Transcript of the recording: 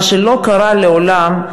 מה שלא קרה מעולם,